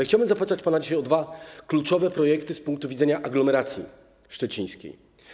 Chciałbym zapytać pana dzisiaj o dwa kluczowe projekty z punktu widzenia aglomeracji szczecińskiej.